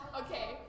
Okay